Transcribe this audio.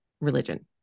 religion